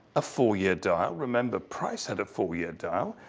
a four year dial. remember, price had a four year dial,